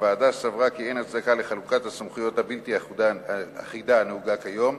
הוועדה סברה כי אין הצדקה לחלוקת הסמכויות הבלתי אחידה הנהוגה כיום,